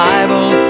Bible